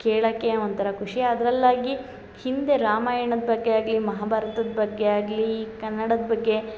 ಕೇಳಕ್ಕೆ ಒಂಥರ ಖುಷಿ ಅದ್ರಲ್ಲಾಗಿ ಹಿಂದೆ ರಾಮಾಯಣದ ಬಗ್ಗೆ ಆಗಲಿ ಮಹಾಭಾರತದ ಬಗ್ಗೆ ಆಗಲಿ ಕನ್ನಡದ ಬಗ್ಗೆ